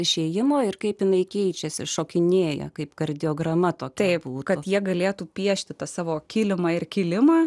išėjimo ir kaip jinai keičiasi šokinėja kaip kardiograma taip kad jie galėtų piešti tą savo kilimą ir kilimą